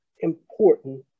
important